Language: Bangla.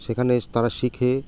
সেখানে তারা শিখে